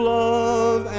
love